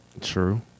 True